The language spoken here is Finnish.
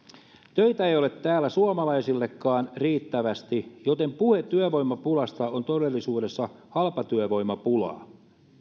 töitä ei ole täällä suomalaisillekaan riittävästi joten puhe työvoimapulasta on todellisuudessa puhetta halpatyövoimapulasta